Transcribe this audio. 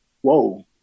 whoa